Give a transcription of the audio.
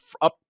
up